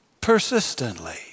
persistently